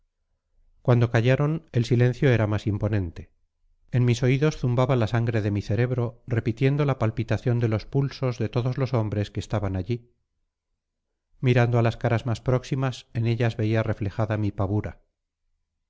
cuando callaron el silencio era más imponente en mis oídos zumbaba la sangre de mi cerebro repitiendo la palpitación de los pulsos de todos los hombres que estaban allí mirando a las caras mas próximas en ellas veía reflejada mi pavura